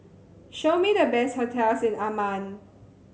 show me the best hotels in Amman